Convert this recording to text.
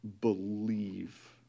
believe